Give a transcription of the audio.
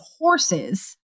horses